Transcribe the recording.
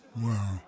Wow